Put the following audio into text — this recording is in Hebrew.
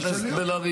רק שאלתי אם הוא היה.